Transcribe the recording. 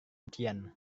ujian